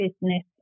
business